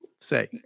say